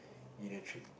inner trait